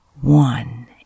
one